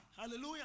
Hallelujah